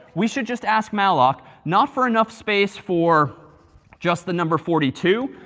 we should just ask malloc not for enough space for just the number forty two,